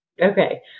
Okay